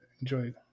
enjoy